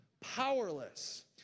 powerless